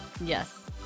Yes